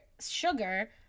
sugar